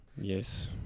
Yes